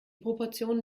proportionen